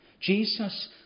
Jesus